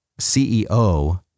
CEO